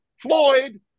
Floyd